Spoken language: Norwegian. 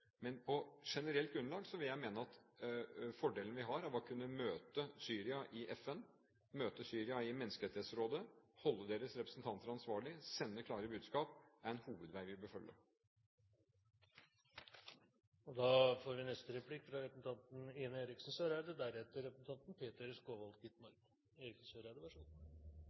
Men på generelt grunnlag vil jeg mene at fordelen vi har av å kunne møte Syria i FN, møte Syria i Menneskerettighetsrådet, holde deres representanter ansvarlig, sende klare budskap, er en hovedvei